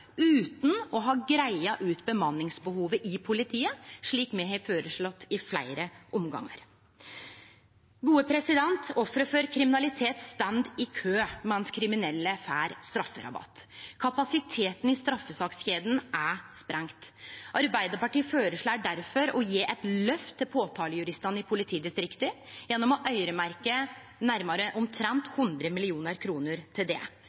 utan å ha greidd ut bemanningsbehovet i politiet, slik me har føreslått i fleire omgangar. Offer for kriminalitet står i kø, medan kriminelle får strafferabatt. Kapasiteten i straffesakskjeda er sprengd. Arbeidarpartiet føreslår difor å gje eit løft til påtalejuristane i politidistrikta gjennom å øyremerkje nærmare 100 mill. kr til det.